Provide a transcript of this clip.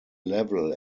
level